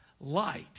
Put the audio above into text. Light